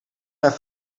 mijn